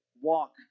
walk